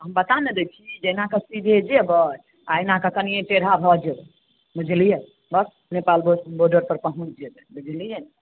हम बता ने दै छी जे एना कऽ सीधे जेबै आ एना कऽ कनिये टेढा भऽ जेबै बुझलियै बस नेपाल बोर्डर पर पहुँच जेबै बुझलियै